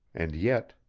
and yet,